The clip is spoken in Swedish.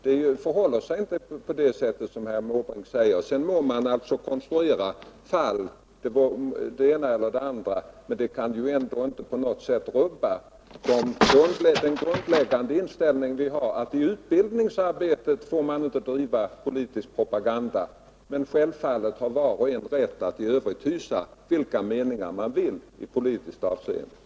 Nej, det förhåller sig inte på det sättet som herr Måbrink säger, han må sedan konstruera vilka fall som helst. Det kan ändå inte på något sätt rubba den grundläggande inställning som vi har, nämligen att man inte får driva politisk propaganda i utbildningsarbetet, men självfallet har var och en rätt att i övrigt hysa vilken politisk uppfattning han vill.